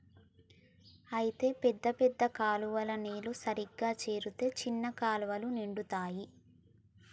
అయితే పెద్ద పెద్ద కాలువ నీరు సరిగా చేరితే చిన్న కాలువలు నిండుతాయి